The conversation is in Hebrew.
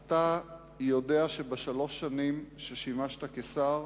אתה יודע שבשלוש השנים האחרונות שבהן שימשת כשר,